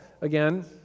again